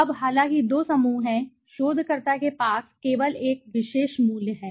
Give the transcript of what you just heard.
अब हालांकि दो समूह हैं शोधकर्ता के पास केवल एक विशेष मूल्य है